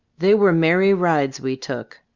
they were merry rides we took.